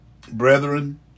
Brethren